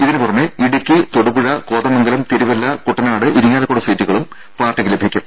ഇതിന് പുറമെ ഇടുക്കി തൊടുപുഴ കോതമംഗലം തിരുവല്ല കുട്ടനാട് ഇരിങ്ങാലക്കുട സീറ്റുകളും പാർട്ടിക്ക് ലഭിക്കും